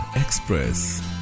Express